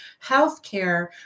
healthcare